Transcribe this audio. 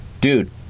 dude